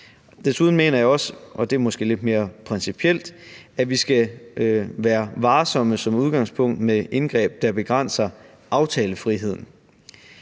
Desuden mener jeg – og det er måske lidt mere principielt – at vi som udgangspunkt skal være varsomme med indgreb, der begrænser aftalefriheden.